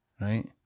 right